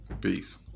Peace